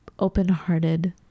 open-hearted